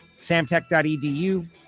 Samtech.edu